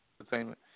Entertainment